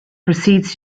proceeds